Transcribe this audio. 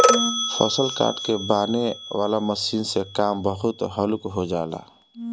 फसल काट के बांनेह वाला मशीन से काम बहुत हल्लुक हो जाला